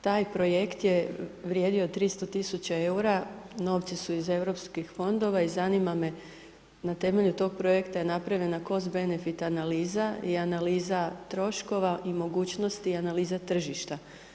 Taj projekt je vrijedio 300 tisuća eura, novci su iz europskih fondova i zanima me, na temelju tog projekta je napravljena cost benefit analiza i analiza troškova i mogućnosti i analiza tržišta.